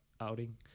outing